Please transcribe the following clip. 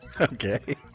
Okay